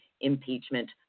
impeachment